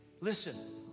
Listen